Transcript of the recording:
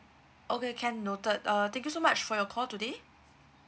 okay can noted uh thank you so much for your call today